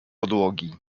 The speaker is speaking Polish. podłogi